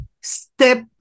step